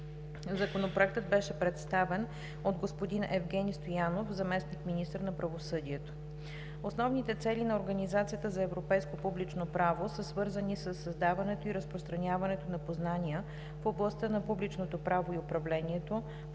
Законопроектът беше представен от господин Евгени Стоянов – заместник-министър на правосъдието. Основните цели на Организацията за европейско публично право (ОЕПП) са свързани със създаването и разпространяването на познания в областта на публичното право и управлението,